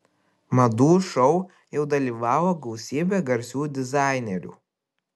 madų šou jau dalyvavo gausybė garsių dizainerių